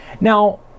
Now